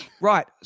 Right